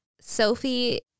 Sophie